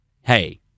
hey